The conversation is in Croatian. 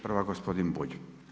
Prva gospodin Bulj.